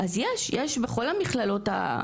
אז יש, בכל המכללות.